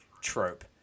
trope